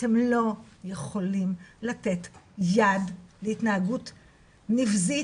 אתם לא יכולים לתת יד להתנהגות נבזית,